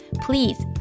Please